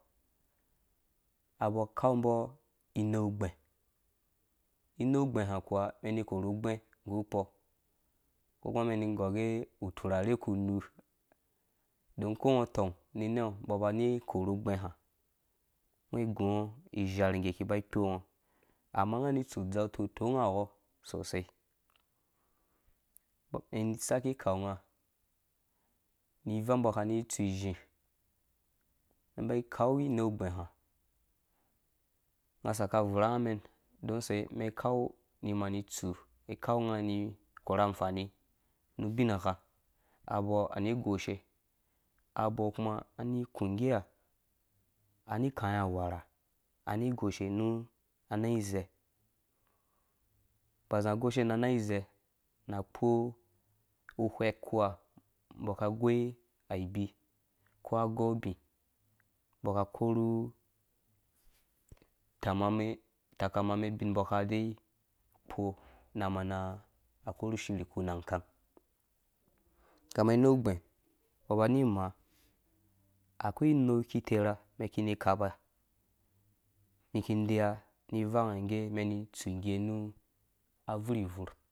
Ambɔ akan mbɔ inei ugbɛ̃ inei ugbɛ́ hã akuwa umɛn ini ikurhu ugbɛ̃ nggu ukpɔ uko kuma umɛn ini inggɔr ngge uturharhe ukuunuu. udon ukongo utɔng ni nɛngu umbɔ aba ani ikurhu ugbɛ̃hã, ungũɔ ishaar iki iba ikpo ungo. Amma unga ani itsu uzau utotonga wɔ sosai umɛn isaki ikau nga ni ivang umbɔ aka ani itsu izhĩ. umɛn imba ikau inei ugbɛ̃há, unga asaka avura nga umɛn udon use? Umɛn ikau ni imani itsu, umɛn ikau nga ni imani ikurha anfani nu ubingha, abɔ ani igoshe abɔ akuma ani ikũ inggea aniikaĩ awarha ani igoshe nu anan izɛ aba goshe nanang izɛ na akpo uhwɛk ukpua umbɔ aka agoi abi uko agɔu ubĩ, mbɔ aka korhu tamame utaka mame ubin mbɔ aki ideã ikpo na akurhu ushiri ukpu na kang. ukama inei ugbɛ̃ umbɔ aba ani imaa, akoi inei iki iterha umɛn iki ini ikapa mum iki indeyuwa ni ivan nga ige, umɛn itsu ngge nu abvuri bvurh